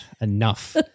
Enough